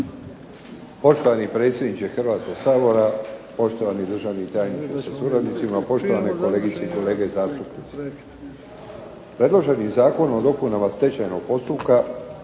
Poštovani predsjedniče Hrvatskoga sabora, poštovani državni tajniče sa suradnicima, poštovane kolegice i kolege zastupnici. Predloženim Zakonom o dopunama Stečajnog zakona